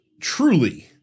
truly